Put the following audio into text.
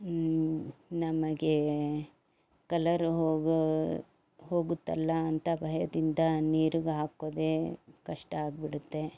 ನಮಗೆ ಕಲರು ಹೋಗೋ ಹೋಗುತ್ತಲ್ಲ ಅಂತ ಭಯದಿಂದ ನೀರಿಗೆ ಹಾಕೋದೇ ಕಷ್ಟ ಆಗಿಬಿಡತ್ತೆ